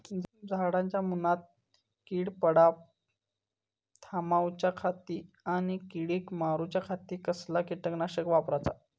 झाडांच्या मूनात कीड पडाप थामाउच्या खाती आणि किडीक मारूच्याखाती कसला किटकनाशक वापराचा?